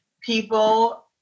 people